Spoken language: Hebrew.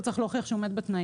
צריך להוכיח שהוא עומד בתנאים.